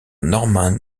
norman